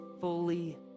fully